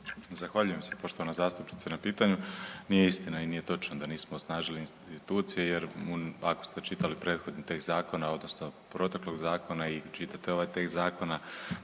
Zahvaljujem se poštovana zastupnice na pitanju. Nije istina i nije točno da nismo osnažili institucije jer ako ste čitali prethodni tekst zakona odnosno proteklog zakona i čitate ovaj tekst zakona